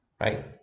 right